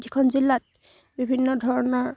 যিখন জিলাত বিভিন্ন ধৰণৰ